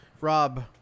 Rob